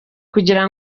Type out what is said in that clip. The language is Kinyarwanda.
kugira